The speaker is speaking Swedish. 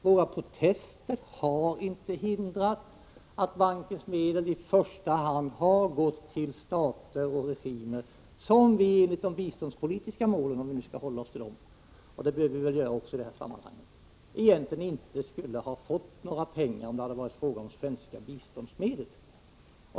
Våra protester har inte hindrat att bankens medel i första hand har gått till stater och regimer som, enligt de biståndspolitiska målen — om vi nu skall hålla oss till dem, och det bör vi väl göra också i det här sammanhanget — egentligen inte skulle ha fått några pengar om det hade varit fråga om svenska biståndsmedel.